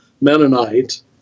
Mennonite